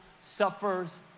suffers